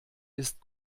ist